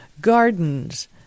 Gardens